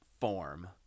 form